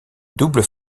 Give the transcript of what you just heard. double